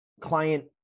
client